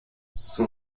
son